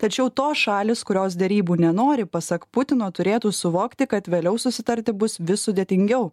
tačiau tos šalys kurios derybų nenori pasak putino turėtų suvokti kad vėliau susitarti bus vis sudėtingiau